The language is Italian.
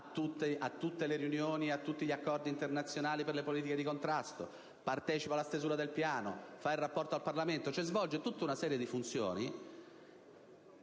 a tutte le riunioni e a tutti gli accordi internazionali per le politiche di contrasto; prende parte alla stesura del piano e fa il rapporto al Parlamento. Un organismo che svolge tutta una serie di funzioni